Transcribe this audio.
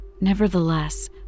Nevertheless